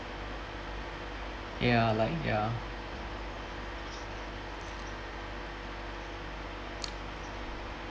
ya like ya